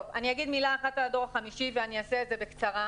אני אומר מילה אחת על הדור החמישי ואני אעשה את זה בקצרה.